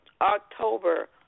October